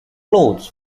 clothes